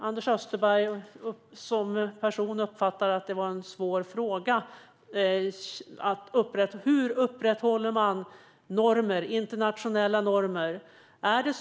Anders Österberg upplever frågan om hur man upprätthåller internationella normer som svår.